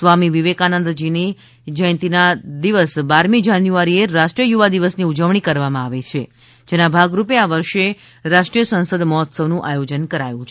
સ્વામી વિવેકાનંદની જયંતિના દિવસ બારમી જાન્યુઆરીએ રાષ્ટ્રીય યુવા દિવસની ઉજવણી કરવામાં આવે છે જેના ભાગરૂપે આ વર્ષે રાષ્ટ્રીય સંસદ મહોત્સવનું આયોજન કરાયું છે